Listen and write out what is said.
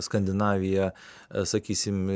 skandinavija sakysim